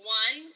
one